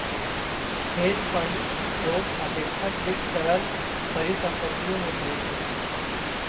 hedge fund जो अपेक्षाकृत तरल परिसंपत्तियों में ट्रेड करता है